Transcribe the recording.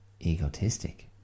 Egotistic